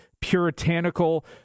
puritanical